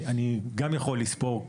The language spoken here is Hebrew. כמוך גם אני יכול לספור.